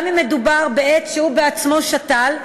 גם אם מדובר בעץ שהוא עצמו שתל,